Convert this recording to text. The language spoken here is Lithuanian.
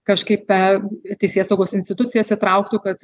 kažkaip pe teisėsaugos institucijas įtrauktų kad